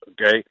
Okay